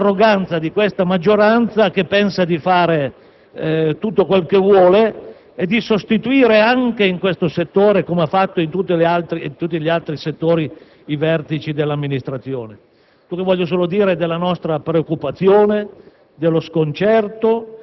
inoltre della debolezza del Governo e, per altro verso, dell'arroganza di questa maggioranza, che pensa di fare tutto quel che vuole e di sostituire anche in questo settore, come ha fatto in tutti gli altri, i vertici dell'amministrazione.